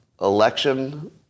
election